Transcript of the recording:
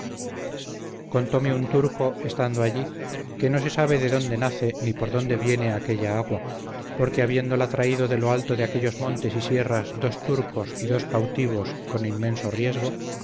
recreación contome un turco estando allí que no se sabe de dónde nace ni por dónde viene aquella agua porque habiéndola traído de lo alto de aquellos montes y sierras dos turcos y dos cautivos con inmenso riesgo